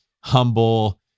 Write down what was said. humble